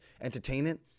entertainment